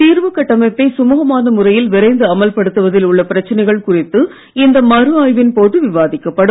தீர்வுக் கட்டமைப்பை சுழூகமான முறையில் விரைந்து அமல்படுத்துவதில் உள்ள பிரச்சனைகள் குறித்து இந்த மறு ஆய்வின் போது விவாதிக்கப்படும்